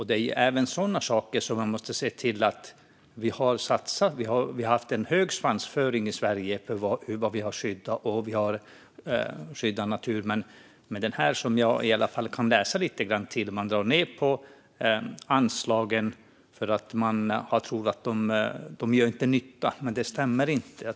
Vi har en hög svansföring i Sverige över vad vi har skyddat. Vi har skyddad natur. Men jag kan läsa mig till att man drar ned på anslagen för att man tror att de inte gör nytta, och det stämmer inte.